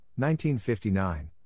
1959